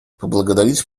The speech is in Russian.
поблагодарить